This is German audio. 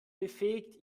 befähigt